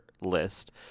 list